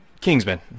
Kingsman